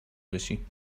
باشی